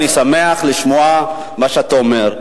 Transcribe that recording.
אני שמח לשמוע מה שאתה אומר.